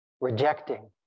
rejecting